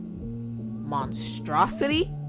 monstrosity